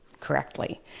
correctly